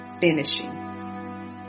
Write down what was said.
finishing